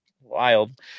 wild